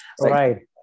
Right